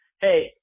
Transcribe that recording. Hey